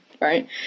right